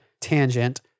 tangent